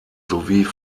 sowie